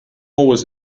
was